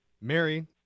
Mary